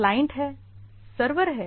client हैं server है